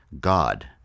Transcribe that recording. God